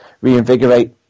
reinvigorate